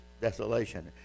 desolation